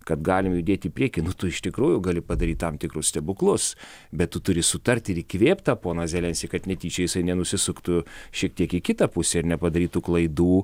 kad galim judėt į priekį nu tu iš tikrųjų gali padaryt tam tikrus stebuklus bet tu turi sutart ir įkvėpt tą poną zelenskį kad netyčia jisai nenusisuktų šiek tiek į kitą pusę ir nepadarytų klaidų